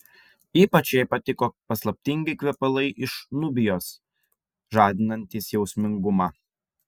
ypač jai patiko paslaptingi kvepalai iš nubijos žadinantys jausmingumą